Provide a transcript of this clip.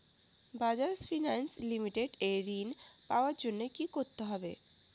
Bajaj finance limited এ ঋন পাওয়ার জন্য কি করতে হবে?